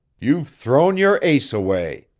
you've thrown your ace away.